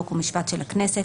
חוק ומשפט של הכנסת,